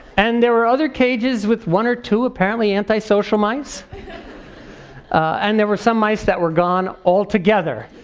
and there were other cages with one or two, apparently antisocial mice and there were some mice that were gone all together.